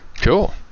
cool